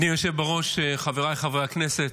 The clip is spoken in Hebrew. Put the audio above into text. אדוני היושב-ראש, חבריי חברי הכנסת,